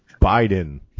Biden